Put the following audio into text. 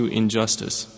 injustice